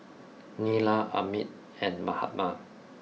Neila Amit and Mahatma